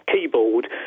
keyboard